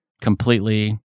completely